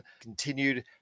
continued